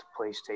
PlayStation